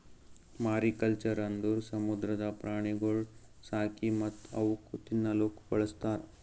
mariculture ಅಂದುರ್ ಸಮುದ್ರದ ಪ್ರಾಣಿಗೊಳ್ ಸಾಕಿ ಮತ್ತ್ ಅವುಕ್ ತಿನ್ನಲೂಕ್ ಬಳಸ್ತಾರ್